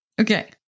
Okay